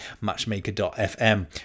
Matchmaker.fm